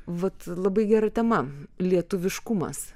vat labai gera tema lietuviškumas